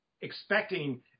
expecting